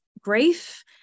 grief